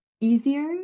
easier